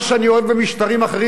מה שאני אוהב במשטרים אחרים,